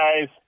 guys